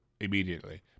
immediately